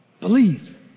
believe